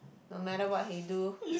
no matter what he do